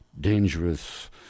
dangerous